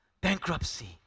Bankruptcy